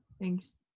thanks